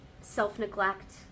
self-neglect